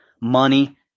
money